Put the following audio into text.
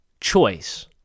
choice